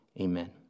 Amen